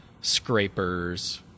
scrapers